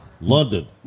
london